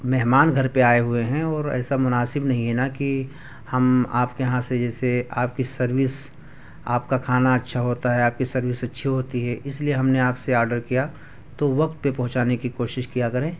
مہمان گھر پہ آئے ہوئے ہیں اور ایسا مناسب ںہیں ہے نا کہ ہم آپ کے یہاں سے جیسے آپ کی سروس آپ کا کھانا اچھا ہوتا ہے آپ کی سروس اچھی ہوتی ہے اس لیے ہم نے آپ سے آڈر کیا تو وقت پہ پہنچانے کی کوشش کیا کریں